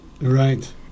Right